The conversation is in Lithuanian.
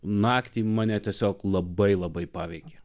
naktį mane tiesiog labai labai paveikė